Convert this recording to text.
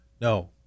No